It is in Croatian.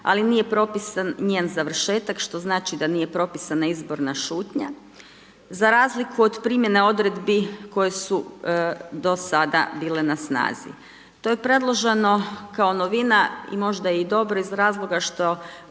ali nije propisan njen završetak što znači da nije propisana izborna šutnja za razliku od primjene odredbi koje su do sada bile na snazi. To je predloženo kao novina i možda je i dobro iz razloga što